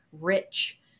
rich